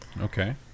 Okay